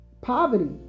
Poverty